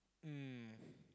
um